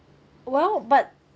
well but